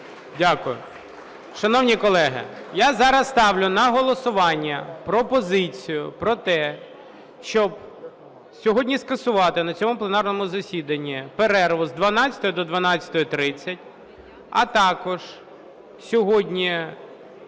Дякую. Шановні колеги, я зараз ставлю на голосування пропозицію про те, щоб сьогодні скасувати на цьому пленарному засіданні перерву з 12 до 12:30, а також сьогодні